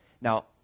Now